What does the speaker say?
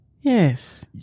Yes